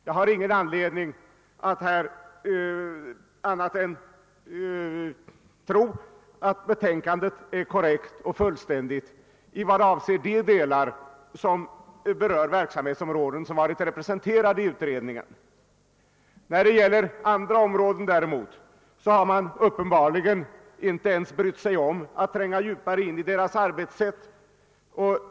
Jag har ingen anledning att tro annat än att betänkandet är korrekt och fullständigt i vad avser de delar som berör verksamhetsområden som varit representerade i utredningen. Vad beträffar andra områden däremot har man uppenbarligen inte ens brytt sig om att tränga djupare in i vederbörandes arbetssätt.